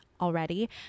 already